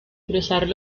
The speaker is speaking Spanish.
cruzar